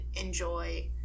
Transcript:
enjoy